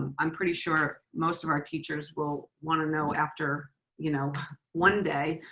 i'm pretty sure most of our teachers will wanna know after you know one day,